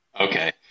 okay